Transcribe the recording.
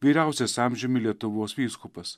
vyriausias amžiumi lietuvos vyskupas